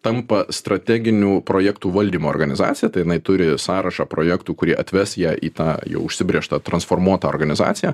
tampa strateginių projektų valdymo organizacija tai jinai turi sąrašą projektų kurie atves ją į tą jau užsibrėžąa transformuotą organizaciją